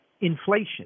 inflation